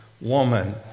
woman